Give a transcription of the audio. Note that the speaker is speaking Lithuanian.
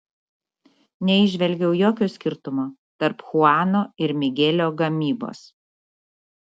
neįžvelgiau jokio skirtumo tarp chuano ir migelio gamybos